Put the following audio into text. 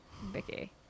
Vicky